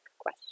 question